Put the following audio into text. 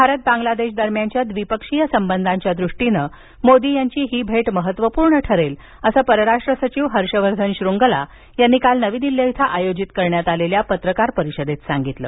भारत बांगलादेश दरम्यानच्या द्विपक्षीय संबंधांच्या दृष्टीनं मोदी यांची ही भेट महत्त्वपूर्ण ठरेल असं परराष्ट्र सचिव हर्षवर्धन शृंगला यांनी काल नवी दिल्लीत आयोजित पत्रकार परिषदेत सांगितलं